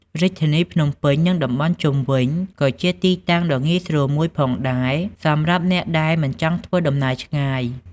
រាជធានីភ្នំពេញ និងតំបន់ជុំវិញ ក៏ជាទីតាំងដ៏ងាយស្រួលមួយផងដែរសម្រាប់អ្នកដែលមិនចង់ធ្វើដំណើរឆ្ងាយ។